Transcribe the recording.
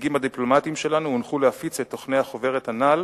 הנציגים הדיפלומטיים שלנו הונחו להפיץ את תוכני החוברת הנ"ל